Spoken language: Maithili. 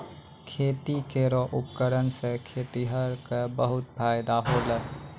खेती केरो उपकरण सें खेतिहर क बहुत फायदा होलय